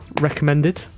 recommended